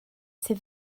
sydd